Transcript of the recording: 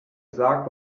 sarg